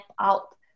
out